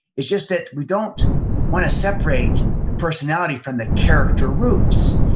it's just that we don't wanna separate the personality from the character roots.